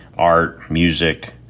art, music.